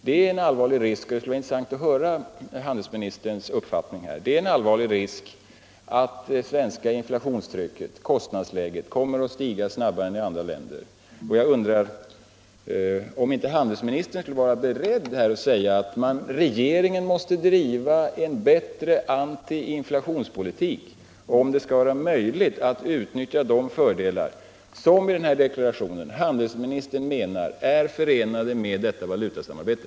Det finns en allvarlig risk — och det skulle vara intressant att höra handelsministerns uppfattning här — att kostnadsnivån kommer att stiga snabbare i Sverige än i andra länder. Är handelsministern beredd att säga att regeringen måste driva en bättre antiinflationspolitik, om det skall vara möjligt att utnyttja de fördelar som handelsministern i deklarationen menar är förenade med detta valutasamarbete?